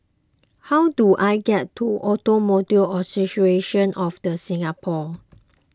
how do I get to Automobile Association of the Singapore